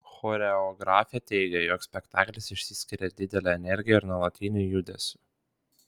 choreografė teigia jog spektaklis išsiskiria didele energija ir nuolatiniu judesiu